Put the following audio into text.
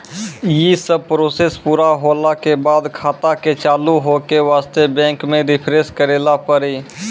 यी सब प्रोसेस पुरा होला के बाद खाता के चालू हो के वास्ते बैंक मे रिफ्रेश करैला पड़ी?